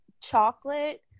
chocolate